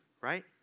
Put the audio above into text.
right